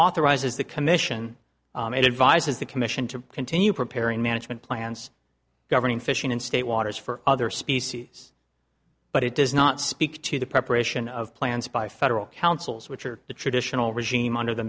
authorizes the commission made advises the commission to continue preparing management plans governing fishing in state waters for other species but it does not speak to the preparation of plans by federal councils which are the traditional regime under the